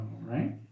right